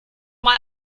mal